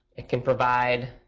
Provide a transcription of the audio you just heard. it can provide